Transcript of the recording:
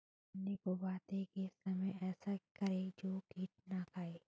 गन्ने को बोते समय ऐसा क्या करें जो कीट न आयें?